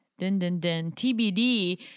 TBD